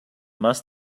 must